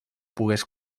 pogués